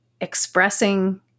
expressing